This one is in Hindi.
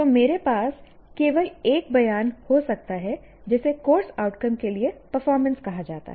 तो मेरे पास केवल एक बयान हो सकता है जिसे कोर्स आउटकम के लिए परफॉर्मेंस कहा जाता है